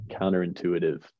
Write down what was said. counterintuitive